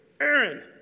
Aaron